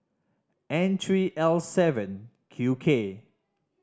N three L seven Q K